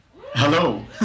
Hello